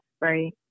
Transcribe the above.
right